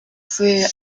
threw